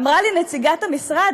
אמרה לי נציגת המשרד,